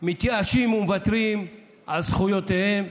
מתייאשים ומוותרים על זכויותיהם.